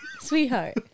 sweetheart